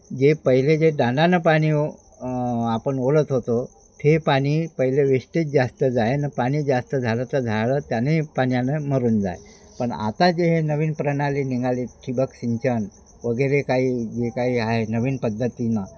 जे पहिले जे डानानं पाणी ओ आपण ओढत होतो ते पाणी पहिले वेस्टेज जास्त जाय नं पाणी जास्त झालं तर झाडं त्याने पाण्यानं मरून जाय पण आता जे हे नवीन प्रणाली निघाली ठिबक सिंचन वगैरे काही जे काही आहे नवीन पद्धतीनं